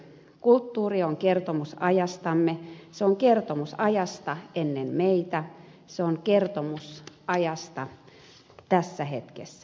kulttuuri on kertomus ajastamme se on kertomus ajasta ennen meitä se on kertomus ajasta tässä hetkessä